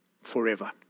forever